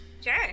Sure